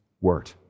word